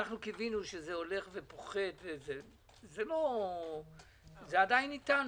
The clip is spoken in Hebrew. אנחנו קיווינו למצב שזו פוחת, וזה עדיין אתנו.